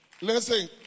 Listen